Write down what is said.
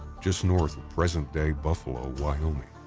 just north of present day buffalo, wyoming.